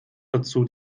dazu